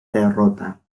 derrota